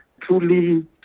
truly